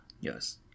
Yes